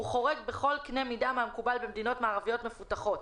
הוא חורג בכל קנה מידה מהמקובל במדינות מערביות מפותחות.